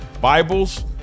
Bibles